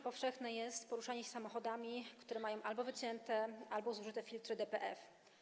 powszechne jest poruszanie się samochodami, które mają albo wycięte, albo zużyte filtry DPF.